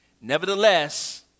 nevertheless